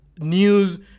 news